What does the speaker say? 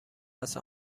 است